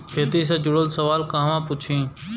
खेती से जुड़ल सवाल कहवा पूछी?